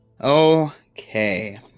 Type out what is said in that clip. Okay